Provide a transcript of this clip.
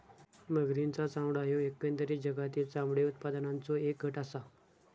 मगरींचा चामडा ह्यो एकंदरीत जगातील चामडे उत्पादनाचों एक गट आसा